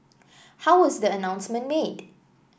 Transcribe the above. how was the announcement made